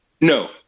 No